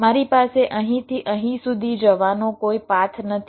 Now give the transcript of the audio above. મારી પાસે અહીંથી અહીં સુધી જવાનો કોઈ પાથ નથી